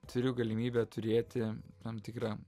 turiu galimybę turėti tam tikrą